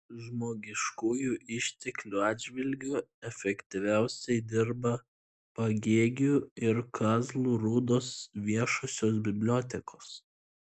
žmogiškųjų išteklių atžvilgiu efektyviausiai dirba pagėgių ir kazlų rūdos viešosios bibliotekos